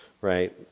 right